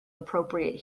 appropriate